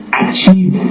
achieve